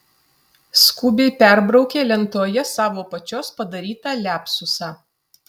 skubiai perbraukė lentoje savo pačios padarytą liapsusą